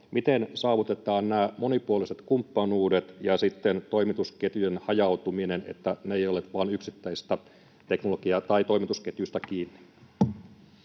Miten saavutetaan nämä monipuoliset kumppanuudet ja sitten toimitusketjujen hajautuminen, että ne eivät olisi vain yksittäistä teknologiaa tai toimitusketjusta kiinni?